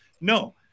No